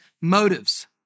motives